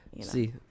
See